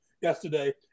yesterday